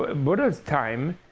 ah buddha's time,